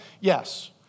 yes